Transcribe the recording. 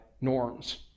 norms